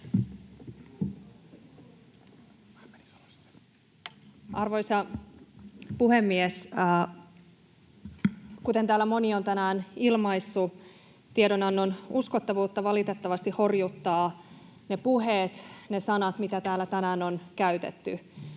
Arvoisa puhemies! Kuten täällä moni on tänään ilmaissut, tiedonannon uskottavuutta valitettavasti horjuttavat ne puheet, ne sanat, mitä täällä tänään on käytetty.